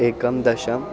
एकं दश